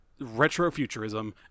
retrofuturism